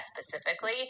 specifically